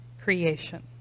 creation